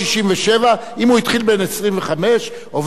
עובד בניין בגיל 55 לא יכול.